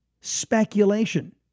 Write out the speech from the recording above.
speculation